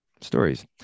stories